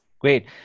Great